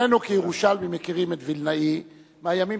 שנינו כירושלמים מכירים את וילנאי מהימים